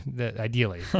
ideally